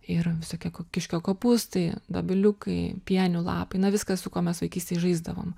ir visokie ko kiškio kopūstai dobiliukai pienių lapai na viskas su kuo mes vaikystėj žaisdavom